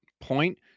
point